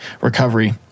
recovery